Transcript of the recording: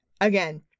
Again